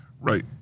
Right